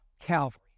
Calvary